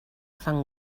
fan